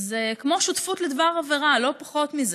זה כמו שותפות לדבר עבירה, לא פחות מזה.